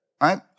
right